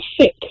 sick